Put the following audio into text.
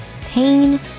pain